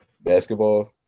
basketball